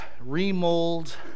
remold